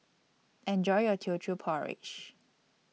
Enjoy your Teochew Porridge